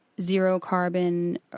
zero-carbon